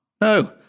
No